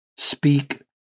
speak